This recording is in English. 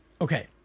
Okay